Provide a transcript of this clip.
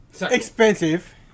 expensive